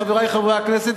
חברי חברי הכנסת,